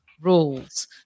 rules